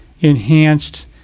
enhanced